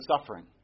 suffering